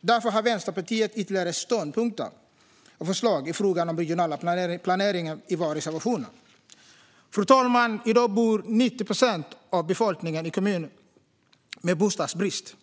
Därför har Vänsterpartiet ytterligare ståndpunkter och förslag i frågan om regional planering i våra reservationer. Fru talman! I dag bor 90 procent av befolkningen i en kommun med bostadsbrist.